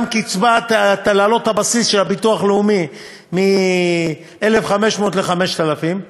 גם להעלות את הבסיס של הביטוח הלאומי מ-1,500 ל-5,000,